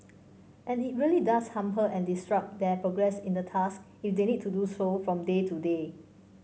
and it really does hamper and disrupt their progress in the task they need to do so from day to day